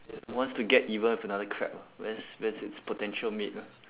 wants to get even with another crab ah where's where's its potential mate ah